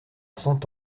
cent